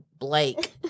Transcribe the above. Blake